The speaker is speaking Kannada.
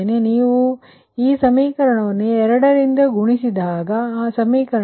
ಈಗ ನೀವು ಏನು ಮಾಡುತ್ತೀರಿ ಈ ಸಮೀಕರಣವನ್ನು ನೀವು ಎರಡರಿಂದ ಗುಣಿಸಿದಾಗ ಜೊತೆಗೆ ಆ ಸಮೀಕರಣ 5